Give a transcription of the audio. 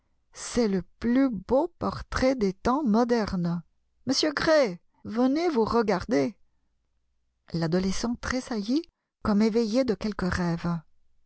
c'est le plus beau portrait des temps modernes monsieur gray venez vous regarder l'adolescent tressaillit comme éveillé de quelque rêve